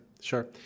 sure